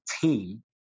team